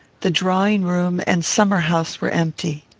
the drawing-room and summer-house were empty.